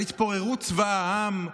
על התפוררות צבא העם?